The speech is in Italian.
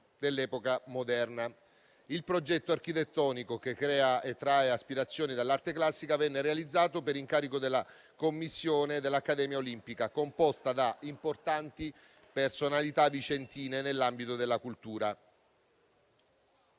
dell'epoca moderna. Il progetto architettonico, che trae aspirazione dall'arte classica, venne realizzato per incarico della commissione dell'Accademia olimpica, composta da importanti personalità vicentine nell'ambito della cultura.